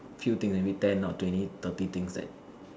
few things maybe ten or twenty thirty things that